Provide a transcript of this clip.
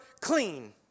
clean